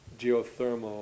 geothermal